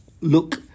look